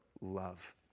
love